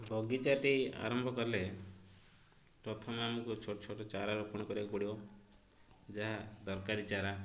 ବଗିଚାଟି ଆରମ୍ଭ କଲେ ପ୍ରଥମେ ଆମକୁ ଛୋଟ ଛୋଟ ଚାରା ରୋପଣ କରିବାକୁ ପଡ଼ିବ ଯାହା ଦରକାରୀ ଚାରା